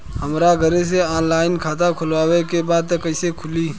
हमरा घरे से ऑनलाइन खाता खोलवावे के बा त कइसे खुली?